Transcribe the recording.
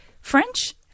French